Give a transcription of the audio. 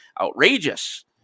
outrageous